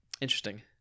Interesting